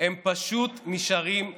הם פשוט נשארים לבד.